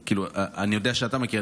אני יודע שאתה מכיר,